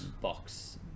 box